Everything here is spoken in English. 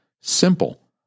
simple